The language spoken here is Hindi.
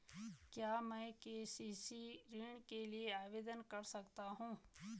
क्या मैं के.सी.सी ऋण के लिए आवेदन कर सकता हूँ?